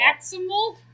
Maximal